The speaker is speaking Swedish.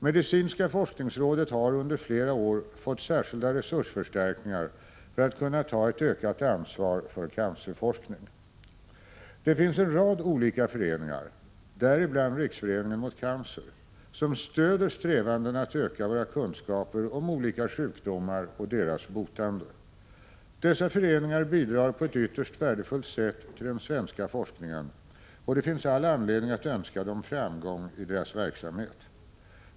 Medicinska forskningsrådet har under flera år fått särskilda resursförstärkningar för att kunna ta ett ökat ansvar för cancerforskning. Det finns en rad olika föreningar — däribland Riksföreningen mot cancer — som stöder strävandena att öka våra kunskaper om olika sjukdomar och deras botande. Dessa föreningar bidrar på ett ytterst värdefullt sätt till den svenska forskningen, och det finns all anledning att önska dem framgång i deras verksamhet.